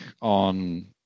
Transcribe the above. on